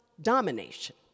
domination